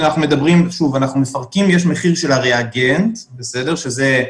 אנחנו מפרקים: יש מחיר של הריאגנט --- הכול,